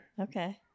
okay